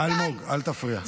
אלמוג, אל תפריע.